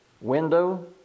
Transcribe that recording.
window